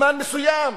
בזמן מסוים.